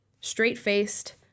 straight-faced